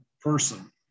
person